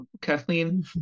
kathleen